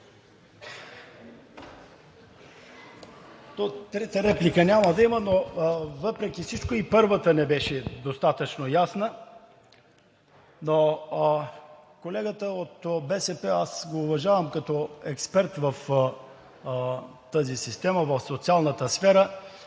трета реплика няма да има, но въпреки всичко и първата не беше достатъчно ясна. Колегата от БСП го уважавам като експерт в социалната сфера,